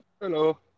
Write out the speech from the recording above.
Hello